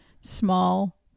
small